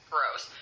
Gross